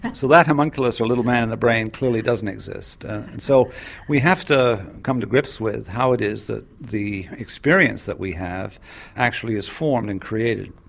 so that homunculus or little man in the brain clearly doesn't exist, and so we have to come to grips with how it is that the experience that we have actually is formed and created,